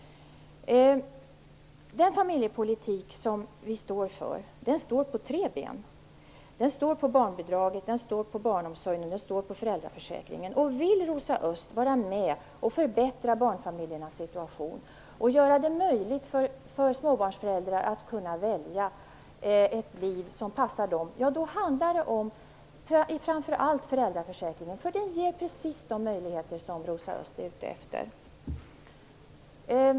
Den familjepolitik som vi står för står på tre ben: barnbidraget, barnomsorgen och föräldraförsäkringen. Vill Rosa Östh vara med och förbättra barnfamiljernas situation och göra det möjligt för småbarnsföräldrar att kunna välja ett liv som passar dem, handlar det framför allt om föräldraförsäkringen. Den ger precis de möjligheter som Rosa Östh är ute efter.